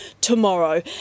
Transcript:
tomorrow